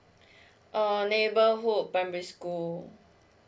err neighbourhood primary school